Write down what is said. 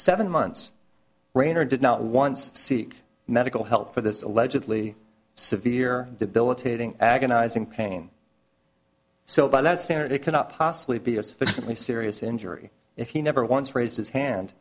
seven months rainer did not once seek medical help for this allegedly severe debilitating agonizing pain so by that standard it cannot possibly be a sufficiently serious injury if he never once raised his hand